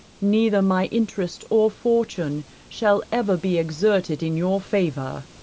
neither my interest or fortune shall ever be exerted in your favour.